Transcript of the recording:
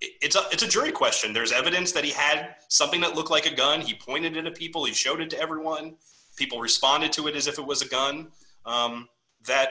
it's up it's a jury question there is evidence that he had something that looked like a gun he pointed to people who showed it to everyone and people responded to it as if it was a gun that